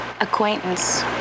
Acquaintance